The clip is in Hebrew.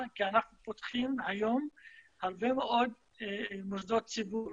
כי אנחנו פותחים היום הרבה מאוד מוסדות ציבור